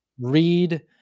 read